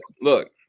look